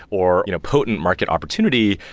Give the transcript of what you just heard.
or you know potent market opportunity,